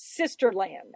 Sisterland